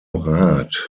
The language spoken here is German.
rath